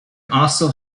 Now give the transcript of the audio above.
also